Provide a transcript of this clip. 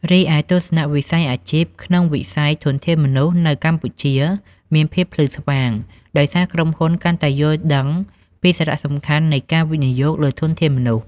រីឯទស្សនវិស័យអាជីពក្នុងវិស័យធនធានមនុស្សនៅកម្ពុជាមានភាពភ្លឺស្វាង ដោយសារក្រុមហ៊ុនកាន់តែយល់ដឹងពីសារៈសំខាន់នៃការវិនិយោគលើធនធានមនុស្ស។